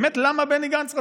באמת למה בני גנץ רצה?